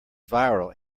viral